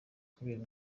kubera